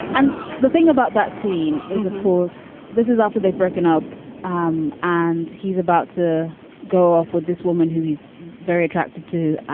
and the thing about that scene is, of course, this is after they've broken up um and he's about to go off with this woman who he's very attracted to.